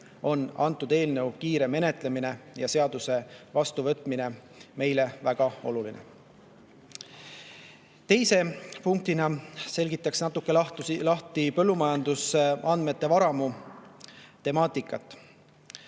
on eelnõu kiire menetlemine ja seaduse vastuvõtmine meile väga oluline. Teise punktina selgitan natuke põllumajandusandmete varamu temaatikat.